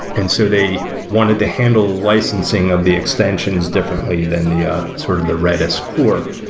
and so they wanted to handle licensing of the extensions differently than the ah sort of the redis core.